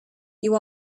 you